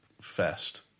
fest